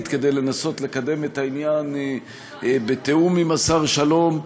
כדי לנסות לקדם את העניין בתיאום עם השר שלום.